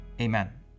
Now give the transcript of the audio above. Amen